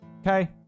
okay